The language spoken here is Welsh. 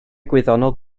gwyddonol